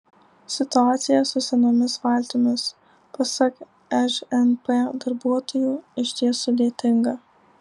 situacija su senomis valtimis pasak žnp darbuotojų išties sudėtinga